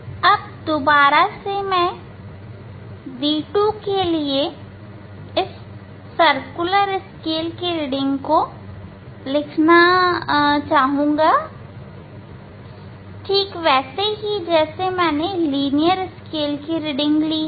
अब पुनः d2 के लिए यह सर्कुलर स्केल की रीडिंग लिखनी चाहिए उसी तरह जैसे यह लीनियर स्केल की रीडिंग है